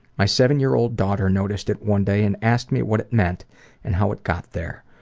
my seven year old daughter noticed it one day and asked me what it meant and how it got there.